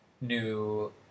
new